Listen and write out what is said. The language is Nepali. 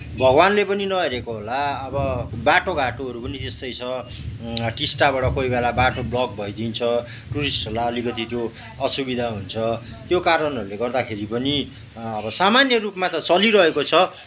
भगवानले पनि नहेरेको होला अब बाटोघाटोहरू पनि त्यस्तै छ टिस्टाबाट कोही बेला बाटो ब्लक भइदिन्छ टुरिस्टहरूलाई अलिकति त्यो असुविधा हुन्छ त्यो कारणहरूले गर्दाखेरि पनि अब सामान्य रूपमा त चलिरहेको छ